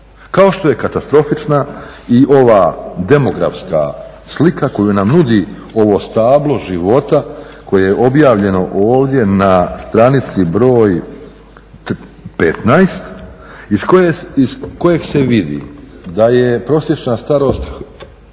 Kao što je katastrofična ova demografska slika koje nam nudi ovo stablo života koje je objavljeno ovdje na stranici broj 15 iz kojeg se vidi da je prosječna starost